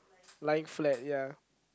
lying flat ya